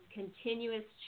continuous